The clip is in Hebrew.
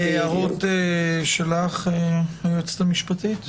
הערות שלך, היועצת המשפטית?